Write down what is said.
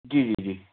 जी जी जी